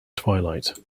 twilight